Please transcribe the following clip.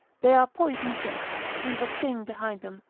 they are poisoned jests, leave a sting behind them,